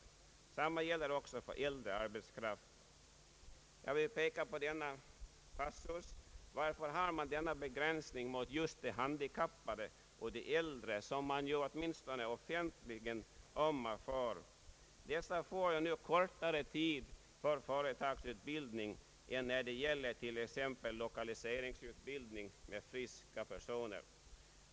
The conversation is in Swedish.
Detsamma gäller för äldre arbetskraft. Jag vill peka på denna passus. Varför har man denna begränsning gentemot just handikappade och äldre, som man ju offentligen ömmar för. Dessa får nu kortare tid för företagsutbildning än vad som gäller t.ex. vid lokaliseringsutbildning för friska personer.